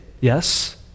yes